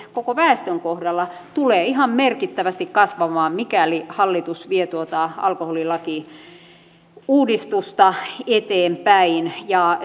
koko väestön kohdalla tulee ihan merkittävästi kasvamaan mikäli hallitus vie tuota alkoholilakiuudistusta eteenpäin